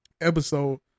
episode